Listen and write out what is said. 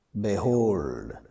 Behold